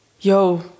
yo